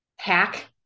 hack